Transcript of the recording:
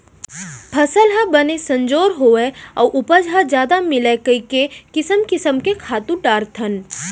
फसल ह बने संजोर होवय अउ उपज ह जादा मिलय कइके किसम किसम के खातू डारथन